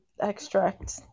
extract